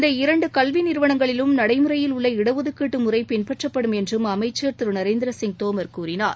இந்த இரண்டு கல்வி நிறுவனங்களிலும் நடைமுறையில் உள்ள இடஒதுக்கீட்டு முறை பின்பற்றப்படும் என்றும் அமைச்சர் திரு நரேந்திரசிங் தோமர் கூறினார்